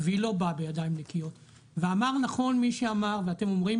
והיא לא באה בידיים נקיות ואמר נכון מי שאמר ואתם אומרים